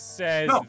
Says